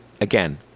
Again